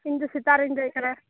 ᱤᱧ ᱫᱚ ᱥᱮᱛᱟᱜ ᱨᱮᱧ ᱫᱮᱡ ᱟᱠᱟᱱᱟ